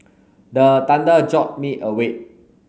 the thunder jolt me awake